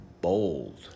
bold